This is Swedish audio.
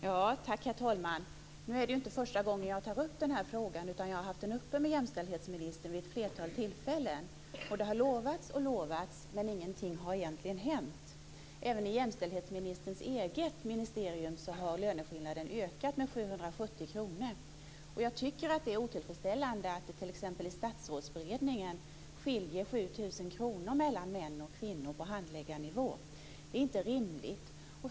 Herr talman! Nu är det inte ju inte första gången jag tar upp den här frågan, utan jag har haft den uppe med jämställdhetsministern vid ett flertal tillfällen. Det har lovats och lovats, men ingenting har egentligen hänt. I jämställdhetsministerns eget ministerium har löneskillnaden ökat med 770 kr, och jag tycker att det är otillfredsställande att det t.ex. i Statsrådsberedningen skiljer 7 000 kr mellan män och kvinnor på handläggarnivå. Det är inte rimligt.